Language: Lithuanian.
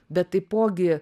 bet taipogi